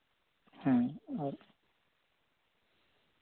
ᱦᱩᱸ ᱚ